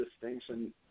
distinction